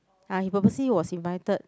ah he purposely was invited